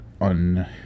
un